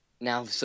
now